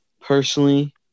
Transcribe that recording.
Personally –